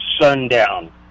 sundown